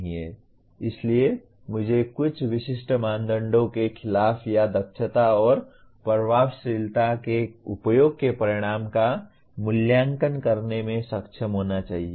इसलिए मुझे कुछ विशिष्ट मानदंडों के खिलाफ या दक्षता और प्रभावशीलता के उपयोग के परिणाम का मूल्यांकन करने में सक्षम होना चाहिए